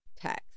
text